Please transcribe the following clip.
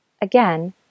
Again